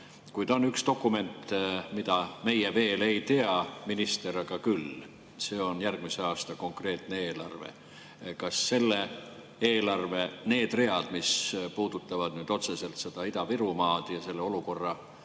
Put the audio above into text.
Kuid on üks dokument, mille [sisu] meie veel ei tea, minister aga küll. See on järgmise aasta eelarve. Kas selle eelarve need read, mis puudutavad otseselt Ida-Virumaad ja selle olukorra